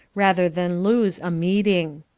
rather than lose a meeting.